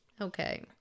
Okay